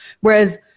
Whereas